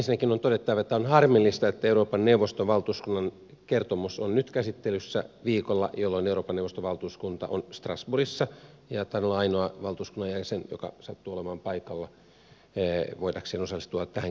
ensinnäkin on todettava että on harmillista että euroopan neuvoston valtuuskunnan kertomus on nyt käsittelyssä viikolla jolloin euroopan neuvoston valtuuskunta on strasbourgissa ja taidan olla ainoa valtuuskunnan jäsen joka sattuu olemaan paikalla voidakseen osallistua tähänkin keskusteluun